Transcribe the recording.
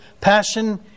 passion